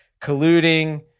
colluding